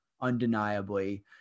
undeniably